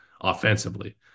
offensively